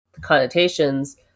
connotations